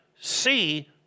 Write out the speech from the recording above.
see